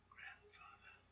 Grandfather